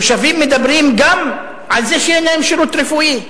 תושבים מדברים גם על זה שאין להם שירות רפואי.